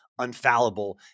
unfallible